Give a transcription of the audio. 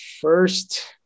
first